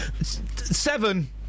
Seven